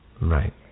right